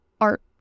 art